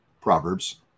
Proverbs